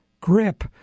grip